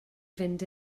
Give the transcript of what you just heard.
fynd